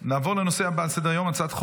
נעבור לנושא הבא על סדר-היום: הצעת חוק